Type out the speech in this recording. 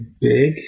big